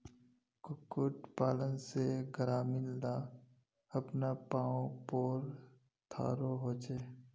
कुक्कुट पालन से ग्रामीण ला अपना पावँ पोर थारो होचे